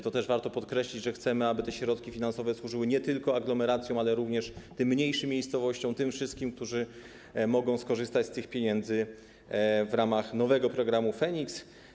Warto też podkreślić, że chcemy, aby te środki finansowe służyły nie tylko aglomeracjom, ale również tym mniejszym miejscowościom, tym wszystkim, którzy mogą skorzystać z tych pieniędzy w ramach nowego programu FEnIKS.